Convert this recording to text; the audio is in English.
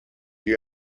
you